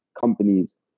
companies